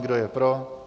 Kdo je pro?